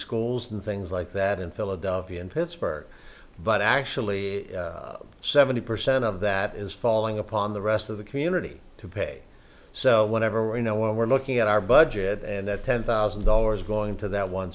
schools and things like that in philadelphia and pittsburgh but actually seventy percent of that is falling upon the rest of the community to pay so whatever we know what we're looking at our budget and that ten thousand dollars going to that one